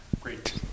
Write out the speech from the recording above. Great